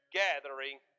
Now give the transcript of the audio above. gathering